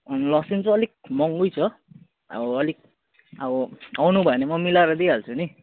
अनि लसुन चाहिँ अलिक महँगै छ अब अलिक अब आउनुभयो भने म मिलाएर दिइहाल्छु नि